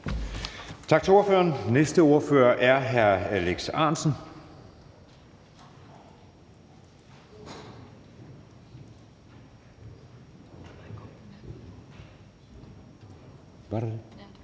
Tak til ordføreren. Næste ordfører er hr. Alex Ahrendtsen.